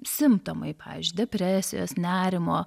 simptomai pavyzdžiui depresijos nerimo